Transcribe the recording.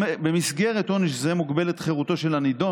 במסגרת עונש זה מוגבלת חירותו של הנידון